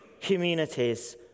communities